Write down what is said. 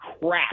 crap